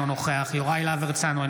אינו נוכח יוראי להב הרצנו,